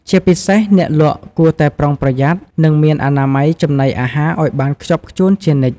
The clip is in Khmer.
ជាពិសេស អ្នកលក់គួរតែប្រុងប្រយ័ត្ន និងមានអនាម័យចំណីអាហារឱ្យបានខ្ជាប់ខ្ជួនជានិច្ច។